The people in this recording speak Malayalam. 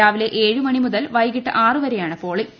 രാവിലെ ഏഴു മണിമുതൽ വൈകിട്ട് ആറുവരെയാണ് പോളിംഗ്